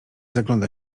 zagląda